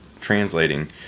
translating